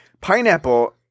Pineapple